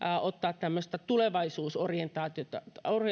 ottaa tämmöistä tulevaisuusorientoitunutta